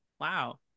wow